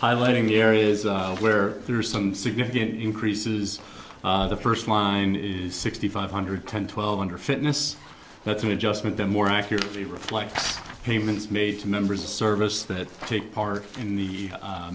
highlighting the areas where there are some significant increases the first line is sixty five hundred ten twelve under fitness that's an adjustment that more accurately reflect payments made to members of service that take part in the